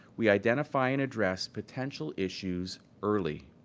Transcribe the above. we identify and address potential issues early.